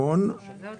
סעיף 38,